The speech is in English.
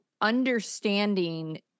understanding